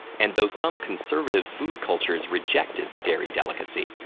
and though some conservative food cultures rejected the dairy delicacy,